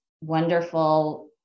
wonderful